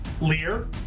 Lear